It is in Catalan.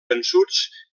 vençuts